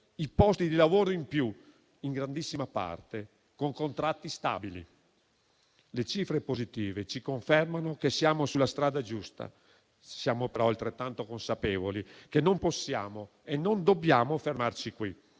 i posti di lavoro in più, in grandissima parte con contratti stabili. Le cifre positive ci confermano che siamo sulla strada giusta. Siamo però altrettanto consapevoli che non possiamo e non dobbiamo fermarci qui.